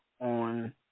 on